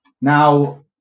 Now